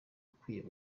ukwiriye